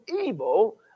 evil